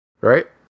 right